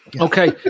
Okay